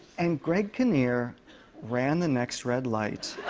and greg kinnear ran the next red light.